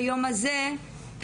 ביום הזה,